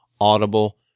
audible